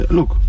Look